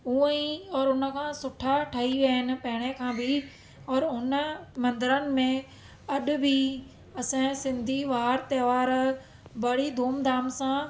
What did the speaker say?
उअंई और उन खां सुठा ठाही विया आहिनि पहिरें खां बि और उन मंदिरनि में अॼु बि असांजा सिंधी वार तोहार बड़ी धूम धाम सां